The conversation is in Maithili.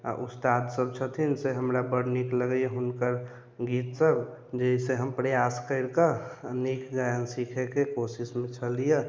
आ उस्ताद सभ छथिन से हमरा बड्ड नीक लगैया हुनकर गीत सभ जाहिसँ हम प्रयास करिके आ नीक गायन सीखैके कोशिशमे छलैया